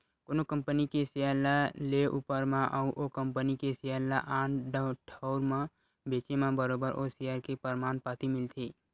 कोनो कंपनी के सेयर ल लेए ऊपर म अउ ओ कंपनी के सेयर ल आन ठउर म बेंचे म बरोबर ओ सेयर के परमान पाती मिलथे